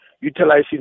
utilizing